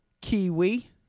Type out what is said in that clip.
Kiwi